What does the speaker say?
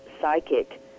psychic